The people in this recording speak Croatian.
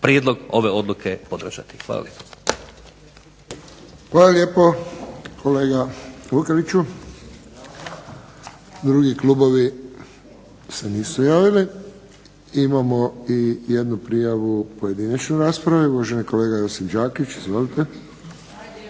lijepa. **Friščić, Josip (HSS)** Hvala lijepo kolega Vukeliću. Drugi klubovi se nisu javili. Imamo i jednu prijavu pojedinačne rasprave, uvaženi kolega Josip Đakić. Izvolite.